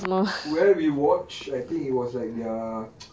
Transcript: where we watch I think it was like their